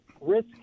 risk